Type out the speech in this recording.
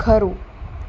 ખરું